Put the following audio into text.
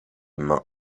main